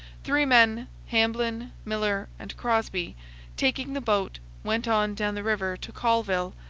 three men hamblin, miller, and crosby taking the boat, went on down the river to callville,